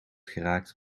geraakt